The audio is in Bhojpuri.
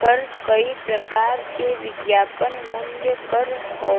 कर कई प्रकार के विज्ञापन मूल्य कर हौ